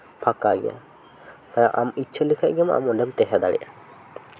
ᱯᱷᱟᱠᱟ ᱜᱮᱭᱟ ᱟᱢ ᱤᱪᱪᱷᱟᱹ ᱞᱮᱠᱷᱟᱡ ᱜᱮᱢ ᱟᱢ ᱱᱚᱸᱰᱮᱢ ᱛᱟᱦᱮᱸ ᱫᱟᱲᱮᱭᱟᱜᱼᱟ